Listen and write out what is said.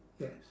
yes